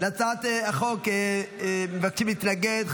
להצעת החוק מבקשים להתנגד.